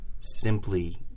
simply